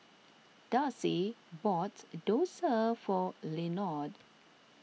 Darci bought Dosa for Lenord